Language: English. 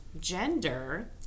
gender